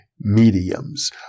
mediums